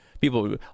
People